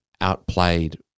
outplayed